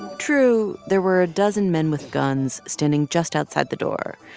true, there were a dozen men with guns standing just outside the door.